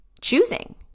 choosing